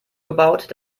gebaut